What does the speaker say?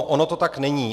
Ono to tak není.